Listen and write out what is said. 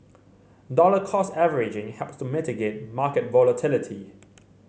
dollar cost averaging helps to mitigate market volatility